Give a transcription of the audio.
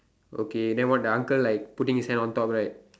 okay then what the uncle like putting his hand on top right